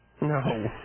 No